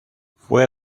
fue